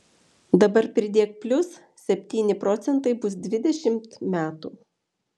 dabar pridėk plius septyni procentai bus dvidešimt metų